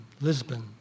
Lisbon